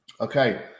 Okay